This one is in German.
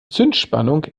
zündspannung